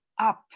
up